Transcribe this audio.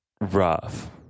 rough